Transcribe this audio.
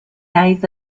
days